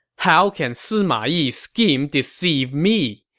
how can sima yi's scheme deceive me?